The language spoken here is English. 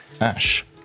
Ash